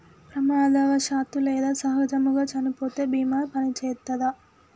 ప్రమాదవశాత్తు లేదా సహజముగా చనిపోతే బీమా పనిచేత్తదా?